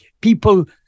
people